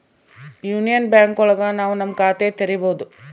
union bank ಒಳಗ ನಾವ್ ನಮ್ ಖಾತೆ ತೆರಿಬೋದು